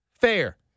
Fair